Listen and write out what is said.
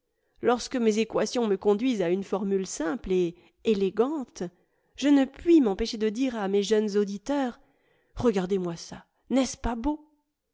lorsque mes équations me conduisent à une formule simple et élégante je ne puis m'empêcher de dire à mes jeunes auditeurs regardez-moi ça n'est-ce pas beau